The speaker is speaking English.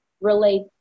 relate